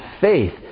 faith